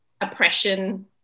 oppression